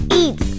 eat